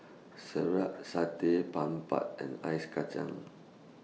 Sireh Satay and Ice Kachang